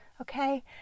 Okay